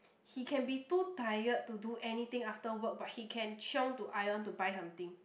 he can be too tired to do anything after work but he can chiong to ion to buy something